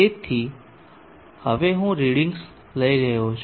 તેથી હવે હું રીડિંગ્સ લઈ રહ્યો છું